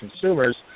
consumers